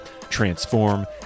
transform